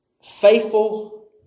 faithful